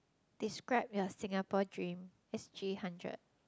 describe your Singapore dream S_G hundred